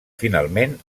finalment